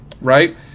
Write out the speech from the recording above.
right